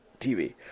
TV